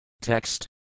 Text